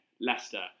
Leicester